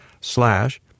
slash